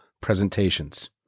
presentations